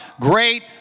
great